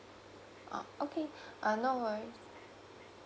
oh okay uh no worries